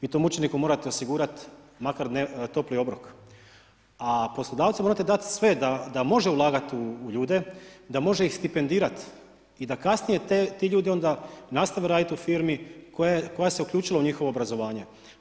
Vi tom učeniku morate osigurat makar topli obrok, a poslodavcu morate dati sve da može ulagati u ljude, da ih može stipendirat i da kasnije ti ljudi onda nastave raditi u firmi koja se uključila u njihovo obrazovanje.